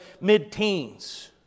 mid-teens